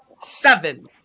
Seven